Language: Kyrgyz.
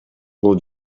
бул